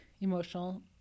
emotional